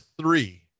three